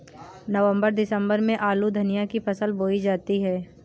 नवम्बर दिसम्बर में आलू धनिया की फसल बोई जाती है?